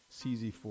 CZ4